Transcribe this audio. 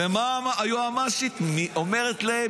ומה היועמ"שית אומרת להם?